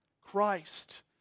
Christ